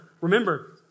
remember